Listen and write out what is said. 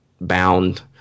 bound